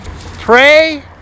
Pray